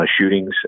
shootings